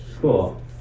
Cool